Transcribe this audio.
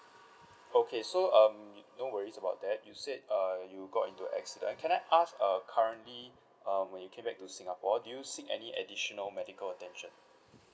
okay so um no worries about that you said uh you got into an accident can I ask err currently uh when you came back to singapore did you seek any additional medical attention